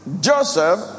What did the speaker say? Joseph